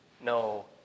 no